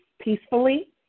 peacefully